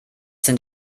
sind